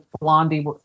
Blondie